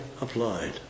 applied